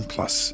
Plus